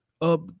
up